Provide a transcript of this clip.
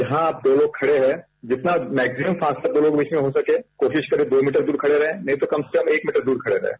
जहां आप दो लोग खड़े हैं जितना मैक्सिमम फासला बीचमें हो सके कोशिश करें दो मीटर दूर खड़े रहें नहीं तो कम से कम एक मीटर दूर खड़ेरहें